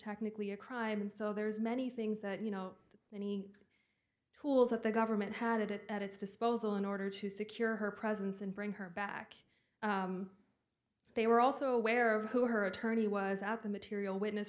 technically a crime so there's many things that you know any tools that the government had at its disposal in order to secure her presence and bring her back they were also aware of who her attorney was at the material witness